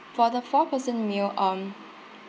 for the four person meal um